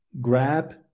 grab